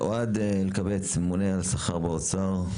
אוהד אלקבץ, הממונה על השכר באוצר.